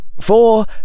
Four